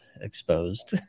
exposed